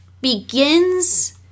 begins